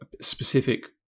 specific